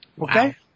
okay